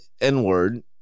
n-word